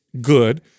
good